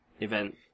event